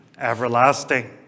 everlasting